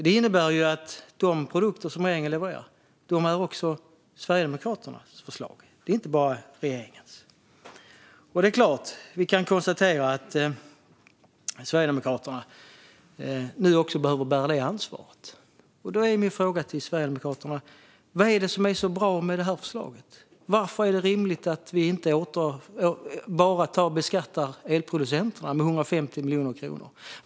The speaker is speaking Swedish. Det innebär att de produkter som regeringen levererar också är Sverigedemokraternas förslag. Det är inte bara regeringens. Vi kan konstatera att Sverigedemokraterna nu också behöver bära detta ansvar. Då är min fråga till Sverigedemokraterna: Vad är det som är så bra med det här förslaget? Varför är det rimligt att vi bara tar och beskattar elproducenterna med 150 miljoner kronor?